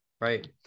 right